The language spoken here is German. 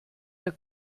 der